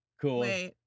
cool